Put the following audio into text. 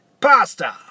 pasta